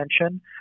attention